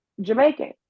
Jamaican